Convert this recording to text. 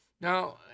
Now